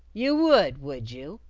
you would, would you?